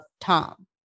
Tom